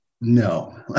no